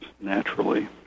naturally